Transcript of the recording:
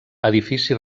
edifici